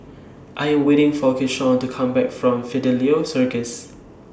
I Am waiting For Keyshawn to Come Back from Fidelio Circus